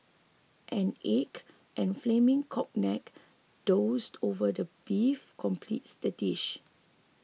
an egg and flaming cognac doused over the beef completes the dish